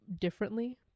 differently